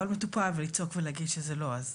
אבל מטופל, ולצעוק ולהגיד שזה לא, אז